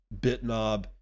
Bitnob